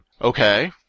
Okay